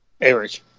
Eric